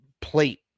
plate